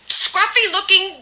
scruffy-looking